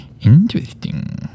Interesting